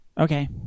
Okay